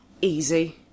Easy